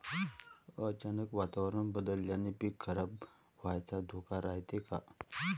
अचानक वातावरण बदलल्यानं पीक खराब व्हाचा धोका रायते का?